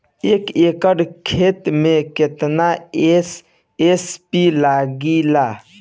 एक एकड़ खेत मे कितना एस.एस.पी लागिल?